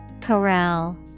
Corral